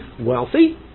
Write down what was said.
wealthy